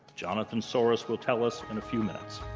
jonathan soros will tell us in a few minutes.